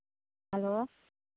hello